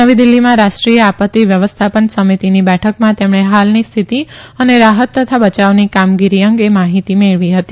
નવી દિલ્હીમાં રાષ્ટ્રીય આ ત્તી વ્યવસ્થા ન સમિતિની બેઠકમાં તેમણે ફાલની ક્ષ્થિતિ અને રાહત તથા બચાવની કામગીરી અંગે માહિતી મેળવી ફતી